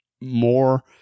more